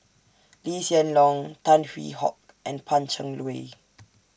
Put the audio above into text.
Lee Hsien Loong Tan Hwee Hock and Pan Cheng Lui